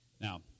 now